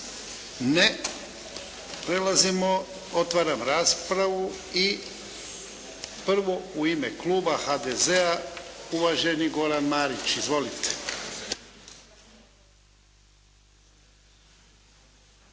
Ne. Prelazimo, otvaram raspravu i prvo u ime Kluba HDZ-a uvaženi Goran Marić. Izvolite.